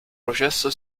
processo